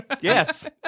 Yes